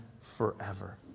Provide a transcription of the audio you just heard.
forever